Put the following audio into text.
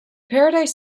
paradise